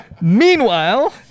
Meanwhile